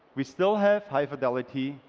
we still have high fidelity,